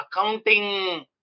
accounting